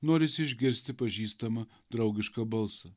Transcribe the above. norisi išgirsti pažįstamą draugišką balsą